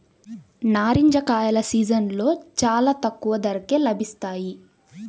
నారింజ కాయల సీజన్లో చాలా తక్కువ ధరకే లభిస్తాయి